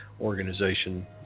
organization